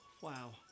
wow